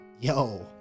Yo